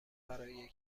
برای